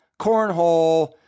cornhole